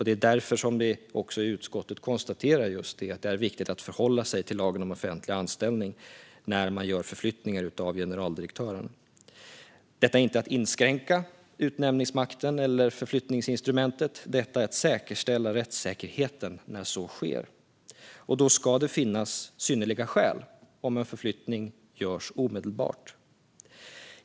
Det är därför som utskottet också konstaterar att det är viktigt att hålla sig till lagen om offentlig anställning när man gör förflyttningar av generaldirektörer. Detta är inte att inskränka utnämningsmakten eller förflyttningsinstrumentet, utan detta är att säkerställa rättssäkerheten när så sker. Det ska finnas synnerliga skäl om en förflyttning sker omedelbart.